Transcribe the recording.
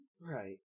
Right